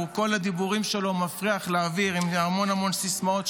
את כל הדיבורים שלו מפריח לאוויר עם המון המון סיסמאות,